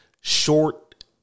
short